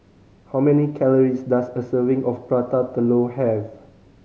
how many calories does a serving of Prata Telur have